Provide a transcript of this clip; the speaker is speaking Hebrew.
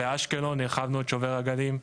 באשקלון הרחבנו את שובר הגלים,